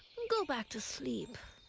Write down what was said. go back to sleep.